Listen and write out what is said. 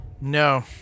No